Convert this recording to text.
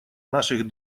наших